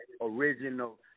original